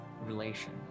relation